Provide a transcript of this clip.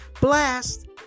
blast